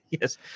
Yes